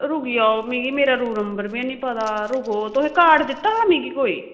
रुकी जाओ भी मेरा रूम नंबर बी ऐनी पता यरो ओहो तुसें कार्ड दित्ता हा मिगी कोई